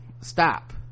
Stop